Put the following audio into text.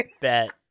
Bet